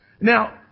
Now